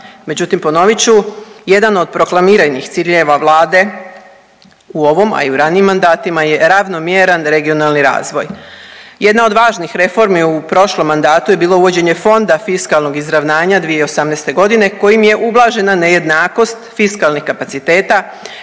međutim ponovit ću. Jedan od proklamiranih ciljeva Vlade u ovom, a i u ranijim mandatima je ravnomjeran regionalni razvoj. Jedna od važnih reformi u prošlom mandatu je bilo uvođenje Fonda fiskalnog izravnanja 2018. kojim je ublažena nejednakost fiskalnih kapaciteta